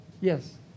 Yes